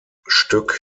stück